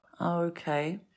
Okay